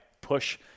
push